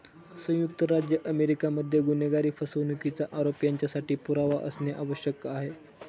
संयुक्त राज्य अमेरिका मध्ये गुन्हेगारी, फसवणुकीचा आरोप यांच्यासाठी पुरावा असणे आवश्यक आहे